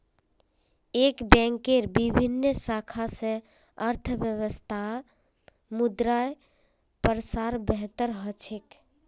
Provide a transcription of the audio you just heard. एक बैंकेर विभिन्न शाखा स अर्थव्यवस्थात मुद्रार प्रसार बेहतर ह छेक